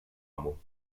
amo